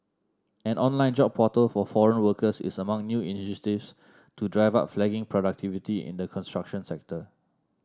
an online job portal for foreign workers is among new initiatives to drive up flagging productivity in the construction sector